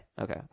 okay